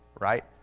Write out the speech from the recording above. right